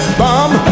bomb